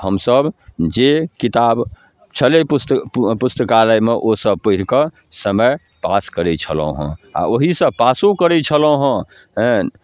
हमसभ जे किताब छलै पुस्त पुस्तकालयमे ओ सभ पढ़िकऽ समय पास करै छलहुँ हँ आओर ओहिसँ पासो करै छलहुँ हँ हेँ